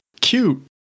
Cute